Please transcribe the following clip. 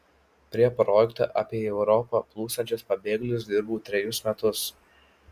prie projekto apie į europą plūstančius pabėgėlius dirbau trejus metus